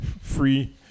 free